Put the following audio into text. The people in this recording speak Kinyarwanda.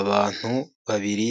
Abantu babiri